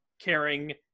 caring